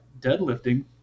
deadlifting